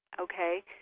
okay